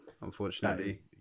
unfortunately